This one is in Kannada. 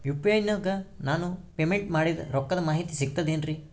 ಯು.ಪಿ.ಐ ನಾಗ ನಾನು ಪೇಮೆಂಟ್ ಮಾಡಿದ ರೊಕ್ಕದ ಮಾಹಿತಿ ಸಿಕ್ತದೆ ಏನ್ರಿ?